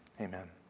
Amen